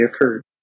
occurred